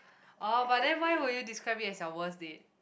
orh but then why would you describe it as your worst date